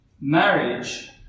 Marriage